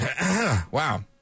wow